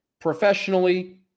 professionally